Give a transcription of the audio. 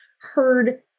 heard